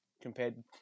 compared